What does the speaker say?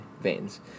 veins